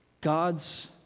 God's